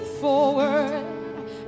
forward